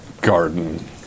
garden